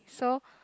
so